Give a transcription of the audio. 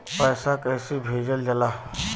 पैसा कैसे भेजल जाला?